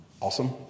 awesome